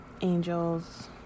angels